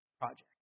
project